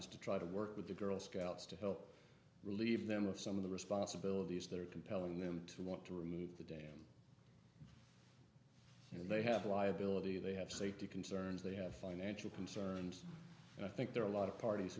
pontus to try to work with the girl scouts to help relieve them of some of the responsibilities that are compelling them to want to remove the dam you may have a liability they have safety concerns they have financial concerns and i think there are a lot of parties